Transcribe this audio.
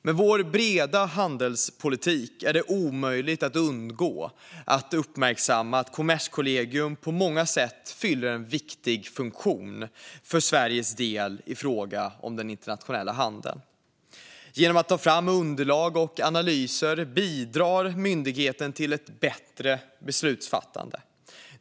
Med vår breda handelspolitik är det omöjligt att undgå att uppmärksamma att Kommerskollegium på många sätt fyller en viktig funktion för Sveriges del i fråga om den internationella handeln. Genom att ta fram underlag och analyser bidrar myndigheten till ett bättre beslutsfattande.